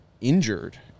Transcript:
injured